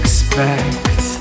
Expect